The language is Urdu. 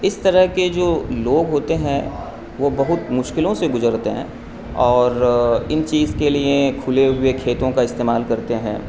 اس طرح کے جو لوگ ہوتے ہیں وہ بہت مشکلوں سے گزرتے ہیں اور ان چیز کے لیے کھلے ہوئے کھیتوں کا استعمال کرتے ہیں